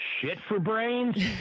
shit-for-brains